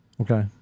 Okay